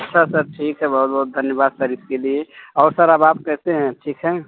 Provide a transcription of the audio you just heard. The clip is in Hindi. अच्छा सर ठीक है बहुत बहुत धन्यवाद सर इसके लिए और सर अब आप कैसे हैं ठीक हैं